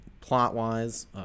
plot-wise